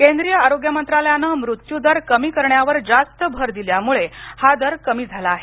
केंद्रीय आरोग्य मंत्रालयानं मृत्यूदर कमी करण्यावर जास्त भर दिल्यामुळे हा दर कमी झाला आहे